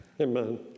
Amen